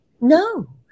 No